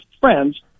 friends